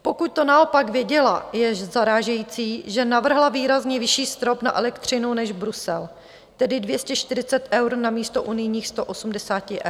Pokud to naopak věděla, je zarážející, že navrhla výrazně vyšší strop na elektřinu než Brusel, tedy 240 eur namísto unijních 180 eur.